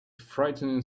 frightening